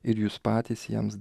ir jūs patys jiems